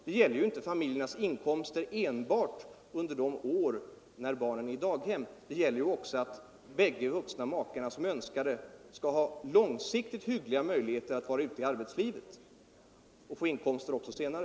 Det gäller ju inte familjens inkomster enbart de år då barnen är i daghem -— det gäller också att bägge makarna, om de önskar det, skall ha långsiktigt hyggliga möjligheter att vara ute i arbetslivet och få inkomster även senare.